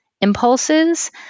impulses